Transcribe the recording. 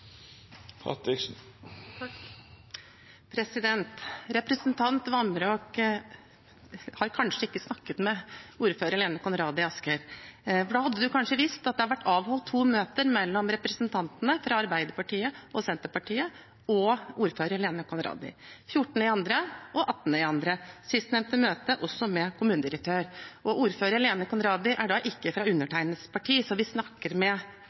har kanskje ikke snakket med ordfører Lene Conradi i Asker, for da hadde han kanskje visst at det har vært avholdt to møter mellom representantene fra Arbeiderpartiet og Senterpartiet og ordfører Lene Conradi: 14. februar og 18. februar. Sistnevnte møte var med kommunedirektøren også. Ordfører Lene Conradi er ikke fra undertegnedes parti, så vi snakker med